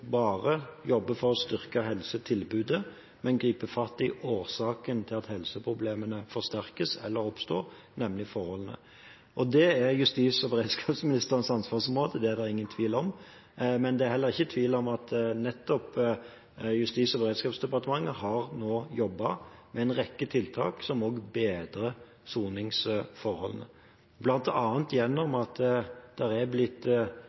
bare jobber for å styrke helsetilbudet, men også griper fatt i årsaken til at helseproblemene forsterkes eller oppstår, nemlig forholdene. Det er justis- og beredskapsministerens ansvarsområde – det er det ingen tvil om – men det er heller ikke tvil om at nettopp Justis- og beredskapsdepartementet nå har jobbet med en rekke tiltak som også bedrer soningsforholdene, bl.a. gjennom at det er blitt